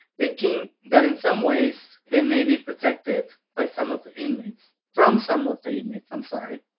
thinking that in some ways they may be protected by some of the inmates from some of the inmates, i'm sorry